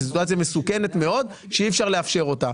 זו סיטואציה מסוכנת מאוד שאי אפשר לאפשר אותה.